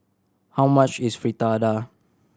how much is Fritada